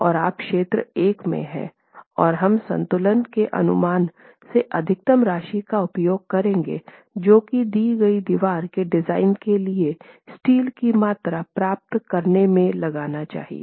और आप क्षेत्र 1 में हैं और हम संतुलन के अनुमान से अधिकतम राशि का उपयोग करेंगे जो कि दी गई दीवार के डिज़ाइन के लिए स्टील की मात्रा प्राप्त करने में लगाना चाहिए